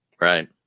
Right